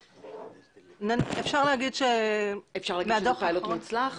אפשר להגיד שזה פיילוט מוצלח?